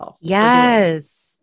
Yes